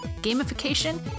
gamification